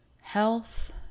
health